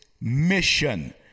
mission